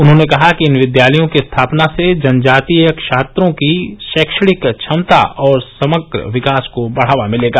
उन्होंने कहा कि इन विद्यालयों की स्थापना से जनजातीय छात्रों की शैक्षणिक क्षमता और समग्र विकास को बढ़ावा मिलेगा